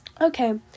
okay